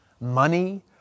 money